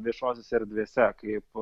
viešosiose erdvėse kaip